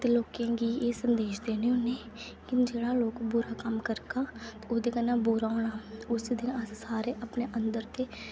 ते लोकें गी एह् संदेश देने होने की जे्ड़ा लोक बुरा कम्म करदे ओह्दे कन्नै बुरा होना सारे अपने अंदर दे